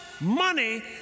money